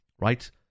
Right